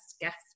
Guest